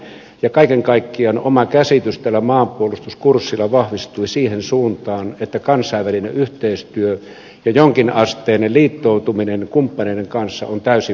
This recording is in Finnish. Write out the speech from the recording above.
kaiken kaikkiaan oma käsitykseni tällä maanpuolustuskurssilla vahvistui siihen suuntaan että kansainvälinen yhteistyö ja jonkinasteinen liittoutuminen kumppaneiden kanssa on täysin välttämätöntä